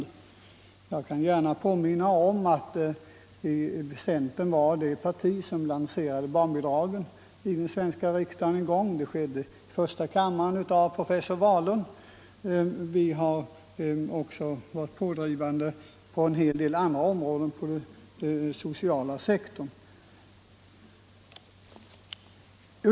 Jag kan påminna om att centern var det parti som först lanserade barnbidragen i den svenska riksdagen. Det skedde i första kammaren av professor Wahlund. Vi har också varit pådrivande på en hel del andra områden på den sociala sektorn.